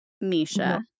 Misha